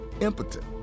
impotent